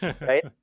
right